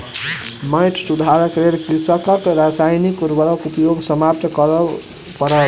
माइट सुधारक लेल कृषकक रासायनिक उर्वरक उपयोग समाप्त करअ पड़लैन